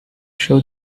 show